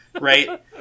Right